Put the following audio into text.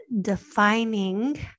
defining